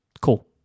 Cool